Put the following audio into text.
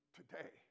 today